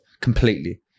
completely